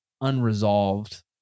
unresolved